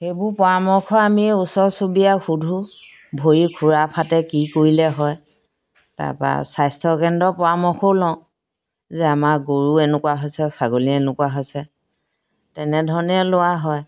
সেইবোৰ পৰামৰ্শ আমি ওচৰ চুবুৰীয়া সুধো ভৰি ঘূৰা ফাটে কি কৰিলে হয় তাৰপা স্বাস্থ্যকেন্দ্ৰৰ পৰামৰ্শও লওঁ যে আমাৰ গৰু এনেকুৱা হৈছে ছাগলী এনেকুৱা হৈছে তেনেধৰণে লোৱা হয়